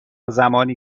زمانی